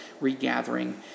regathering